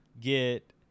get